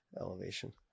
Elevation